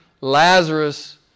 Lazarus